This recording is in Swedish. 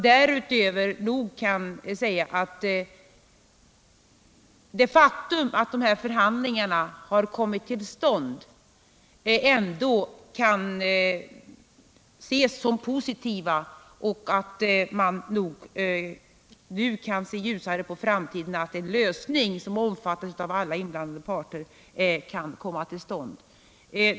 Därutöver kan man säga att det faktum att förhandlingarna kommit till stånd ändå får betraktas som positivt. Man kan nog nu se ljusare på framtiden och hoppas att en lösning som omfattas av alla inblandade parter skall komma till stånd.